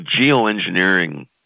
geoengineering